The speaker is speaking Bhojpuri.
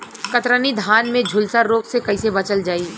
कतरनी धान में झुलसा रोग से कइसे बचल जाई?